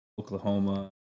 Oklahoma